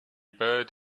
bird